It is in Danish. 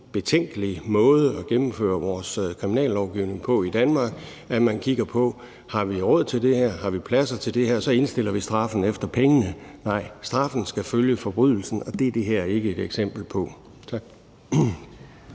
betænkelig måde at gennemføre vores kriminallovgivning på i Danmark, at man kigger på, om vi har råd til det her, og om vi har pladser til det her, og så indretter vi straffen efter pengene. Nej, straffen skal følge forbrydelsen, og det er det her ikke et eksempel på. Tak.